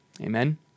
Amen